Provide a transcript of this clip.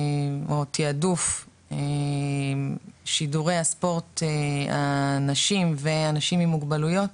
או תיעדוף שידורי הספורט הנשים ואנשים עם מוגבלויות,